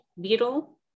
beetle